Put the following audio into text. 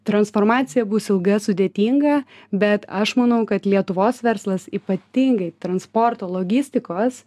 transformacija bus ilga sudėtinga bet aš manau kad lietuvos verslas ypatingai transporto logistikos